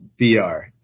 VR